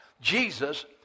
Jesus